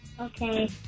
Okay